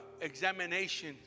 examination